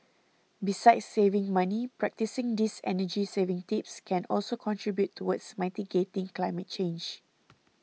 besides saving money practising these energy saving tips can also contribute towards mitigating climate change